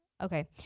Okay